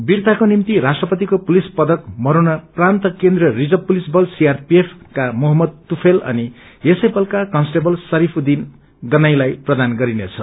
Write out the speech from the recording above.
वीरताको निम्ति राष्ट्रपतिको पुलिस पदक मरणोप्रान्त केन्द्रीय रिजर्व पुलिस बल सीआरपीएफेक्रा मोहम्मद तुफैल अनि यस वतका कन्सटेबल शरीफउद्दीन गनईलाई प्रदान गरिनेछ